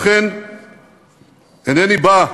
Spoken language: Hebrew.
לכן אינני בא,